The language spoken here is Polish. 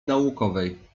naukowej